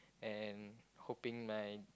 and hoping my